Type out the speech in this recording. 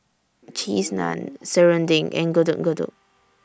Cheese Naan Serunding and Getuk Getuk